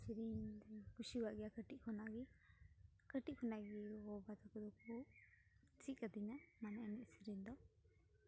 ᱮᱱᱮᱡ ᱥᱮᱨᱮᱧ ᱠᱩᱥᱤᱭᱟᱜ ᱜᱮᱭᱟ ᱠᱟᱹᱴᱤᱡ ᱠᱷᱚᱱᱟᱜ ᱜᱮ ᱠᱟᱹᱴᱤᱡ ᱠᱷᱚᱱᱟᱜ ᱜᱮ ᱜᱚᱼᱵᱟᱵᱟ ᱛᱟᱠᱚ ᱠᱚ ᱪᱮᱫ ᱠᱟᱹᱫᱤᱧᱟ ᱢᱟᱱᱮ ᱮᱱᱣᱡ ᱥᱮᱨᱮᱧ ᱫᱚ